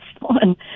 one